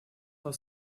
for